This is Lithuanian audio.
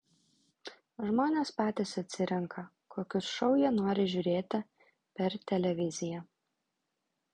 žmonės patys atsirenka kokius šou jie nori žiūrėti per televiziją